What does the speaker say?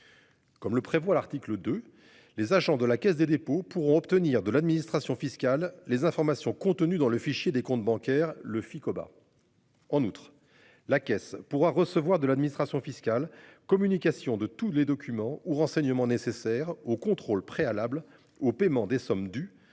Comme le prévoit l'article de. Les agents de la Caisse des dépôts pour obtenir de l'administration fiscale les informations contenues dans le fichier des comptes bancaire le Ficoba. En outre, la Caisse pourra recevoir de l'administration fiscale communication de tous les documents ou renseignements nécessaires au contrôle préalable au paiement des sommes dues,